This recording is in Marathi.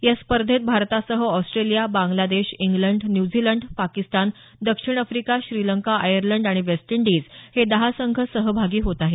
या स्पर्धेत भारतासह Australia Bangladesh England New Zealand Pakistan दक्षिण आफ्रिका श्रीलंका आयर्लंड आणि वेस्ट इंडिज हे दहा संघ सहभागी होत आहेत